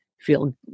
feel